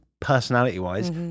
personality-wise